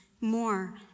more